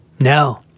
No